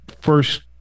first